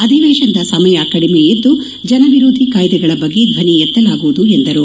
ಅಧಿವೇಶನದ ಸಮಯ ಕಡಿಮೆ ಇದ್ದು ಜನ ವಿರೋಧಿ ಕಾಯ್ದೆಗಳ ಬಗ್ಗೆ ಧ್ವನಿ ಎತ್ತಲಾಗುವುದು ಎಂದರು